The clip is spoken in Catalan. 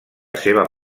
seva